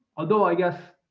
although i guess